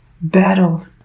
battle